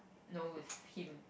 no with him